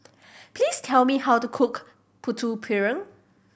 please tell me how to cook Putu Piring